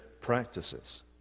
practices